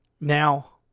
Now